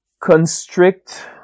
constrict